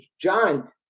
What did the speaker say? John